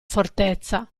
fortezza